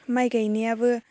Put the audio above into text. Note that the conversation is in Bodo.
माय गायनायाबो